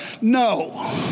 No